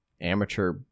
amateur